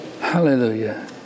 hallelujah